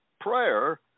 prayer